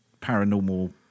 paranormal